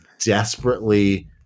desperately